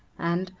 and,